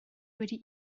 wedi